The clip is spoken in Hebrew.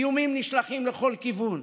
איומים נשלחים לכל כיוון,